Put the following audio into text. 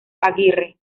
aguirre